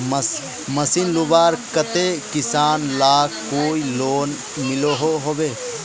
Machine लुबार केते किसान लाक कोई लोन मिलोहो होबे?